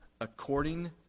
according